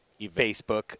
Facebook